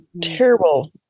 terrible